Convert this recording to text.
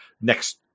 next